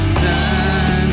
sun